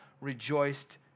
rejoiced